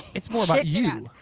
it's more about you.